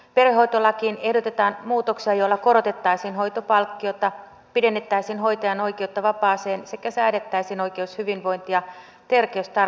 perhehoitolakiin ehdotetaan muutoksia joilla korotettaisiin hoitopalkkiota pidennettäisiin hoitajan oikeutta vapaaseen sekä säädettäisiin oikeus hyvinvointi ja terveystarkastuksiin